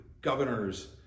governors